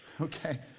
Okay